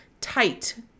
tight